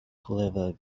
clever